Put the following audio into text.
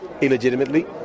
illegitimately